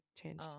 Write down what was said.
changed